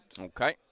Okay